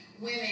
women